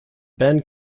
ben